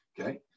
Okay